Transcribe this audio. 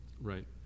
Right